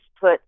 put